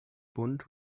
bunt